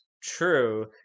True